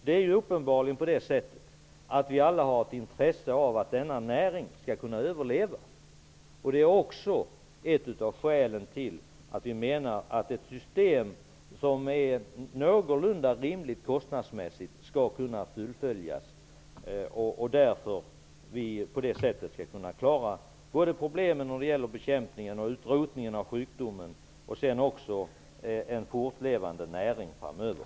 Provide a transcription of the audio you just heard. Det är uppenbart att vi alla har ett intresse av att denna näring kan överleva. Det är också ett av skälen till att vi menar att ett system som är någorlunda rimligt kostnadsmässigt skall kunna fullföljas. På det sättet skall vi framöver kunna klara såväl problemen när det gäller bekämpningen och utrotandet av sjukdomen som en fortlevande näring framöver.